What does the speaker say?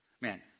man